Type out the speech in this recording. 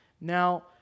Now